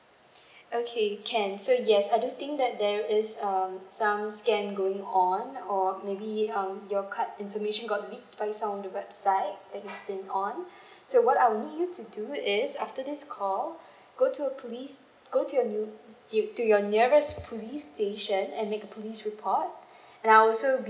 okay can so yes I don't think that there is um some scam going on or maybe um your card information got read by some of the website that you've been on so what I would need you to do is after this call go to police go to a nea~ to your nearest police station and make a police report and I also be